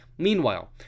Meanwhile